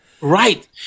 Right